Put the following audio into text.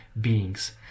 beings